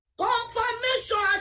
confirmation